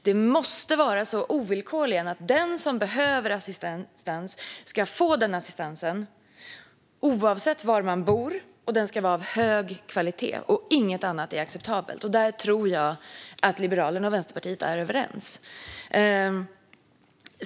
Det måste ovillkorligen vara så att den person som behöver assistans ska få den assistansen oavsett var man bor, och den ska vara av hög kvalitet. Inget annat är acceptabelt. Där tror jag att Liberalerna och Vänsterpartiet är överens.